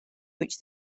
which